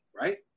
right